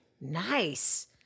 Nice